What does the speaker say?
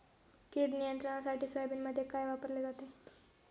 कीड नियंत्रणासाठी सोयाबीनमध्ये काय वापरले जाते?